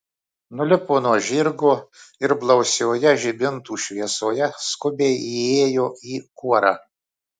nulipo nuo žirgo ir blausioje žibintų šviesoje skubiai įėjo į kuorą